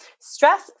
Stress